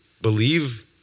believe